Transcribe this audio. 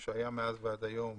שהיה מאז ועד היום